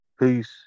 peace